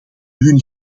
hun